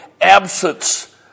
absence